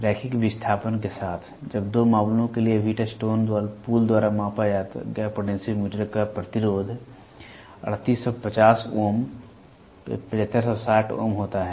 रैखिक विस्थापन के साथ जब दो मामलों के लिए व्हीटस्टोन पुल द्वारा मापा गया पोटेंशियोमीटर का प्रतिरोध 3850 ओम 7560 ओम होता है